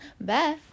bye